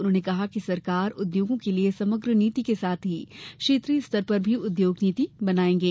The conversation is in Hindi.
उन्होंने कहा कि सरकार उद्योगों के लिये समग्र नीति के साथ ही क्षेत्रीय स्तर पर भी उद्योग नीति बनायेंगे